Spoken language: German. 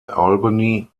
albany